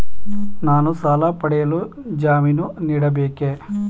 ನಾನು ಸಾಲ ಪಡೆಯಲು ಜಾಮೀನು ನೀಡಬೇಕೇ?